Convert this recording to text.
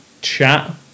chat